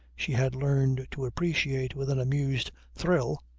she had learned to appreciate with an amused thrill.